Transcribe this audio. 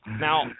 now